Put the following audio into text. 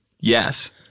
Yes